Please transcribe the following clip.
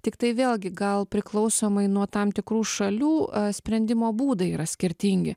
tiktai vėlgi gal priklausomai nuo tam tikrų šalių sprendimo būdai yra skirtingi